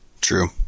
True